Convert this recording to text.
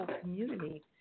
community